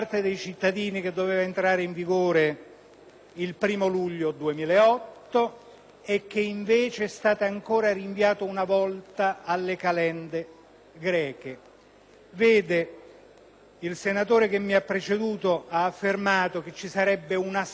Il senatore che mi ha preceduto ha affermato che ci sarebbe un assalto alle sedi giudiziarie